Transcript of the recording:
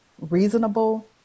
reasonable